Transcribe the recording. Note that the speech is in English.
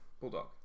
Bulldog